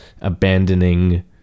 abandoning